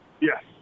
yes